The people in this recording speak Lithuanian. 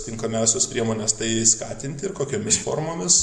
tinkamiausios priemonės tai skatinti ir kokiomis formomis